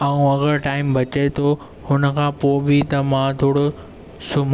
ऐं अगर टाईम बचे थो हुन खां पोइ बि मां थोड़ो सुम्ही पवन्दो आहियां